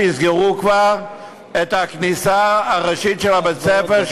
שיסגרו כבר את הכניסה הראשית של בית-הספר,